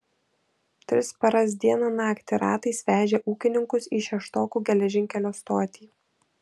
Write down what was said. tris paras dieną naktį ratais vežė ūkininkus į šeštokų geležinkelio stotį